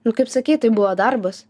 nu kaip sakei tai buvo darbas